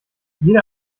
jede